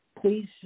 Please